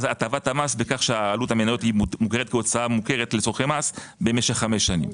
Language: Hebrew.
הטבת המס בזה שעלות המניות מוכרת כהוצאה מוכרת לצורכי מס במשך חמש שנים.